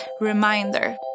reminder